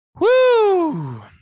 Woo